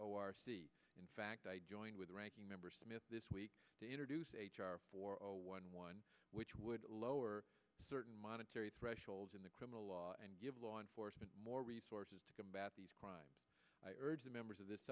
in fact i join with ranking member smith this week to introduce h r four zero one one which would lower certain monetary thresholds in the criminal law and give law enforcement more resources to combat these crimes i urge the members of this